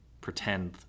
pretend